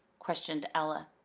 questioned ella.